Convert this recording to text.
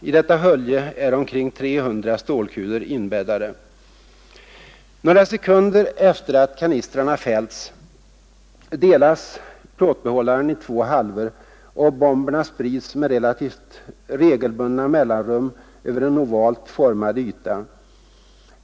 I detta hölje är omkring 300 stålkulor inbäddade. Några sekunder efter det att kanistrarna fällts delas varje plåtbehållare i två halvor, och bomberna sprids med relativt regelbundna mellanrum över en ovalt formad yta.